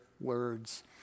words